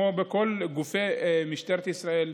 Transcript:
כמו בכל גופי משטרת ישראל,